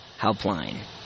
Helpline